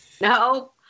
No